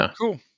Cool